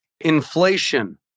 inflation